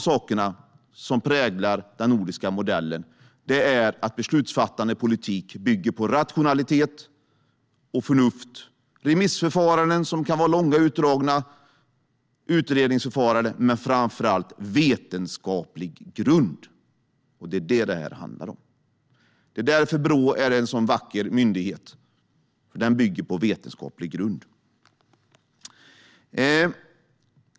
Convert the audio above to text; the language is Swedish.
Det som präglar den nordiska modellen är att beslutsfattande politik bygger på rationalitet och förnuft, på remissförfaranden och utredningsförfaranden, som kan vara långa och utdragna, men framför allt på vetenskaplig grund. Det är det som detta handlar om. Det är därför Brå är en sådan vacker myndighet. Den bygger på vetenskaplig grund.